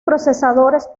procesadores